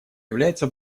является